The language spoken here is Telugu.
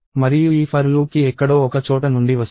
మరియు ఈ ఫర్ లూప్ కి ఎక్కడో ఒక చోట నుండి వస్తుంది